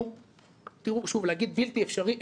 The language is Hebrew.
להגיד בלתי אפשרי?